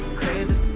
crazy